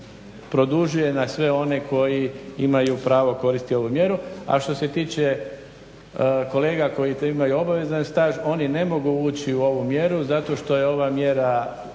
produžuju na sve one koji imaju pravo koristiti ovu mjeru, a što se tiče kolega koji tu imaju obavezan staž oni ne mogu ući u ovu mjeru, zato što je ova mjera